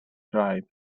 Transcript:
draed